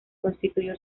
constituyó